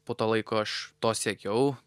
po to laiko aš to siekiau